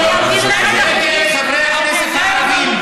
ולכן כל האמירות נגד חברי הכנסת הערבים,